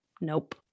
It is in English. Nope